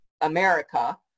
America